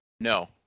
No